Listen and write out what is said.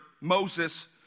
Moses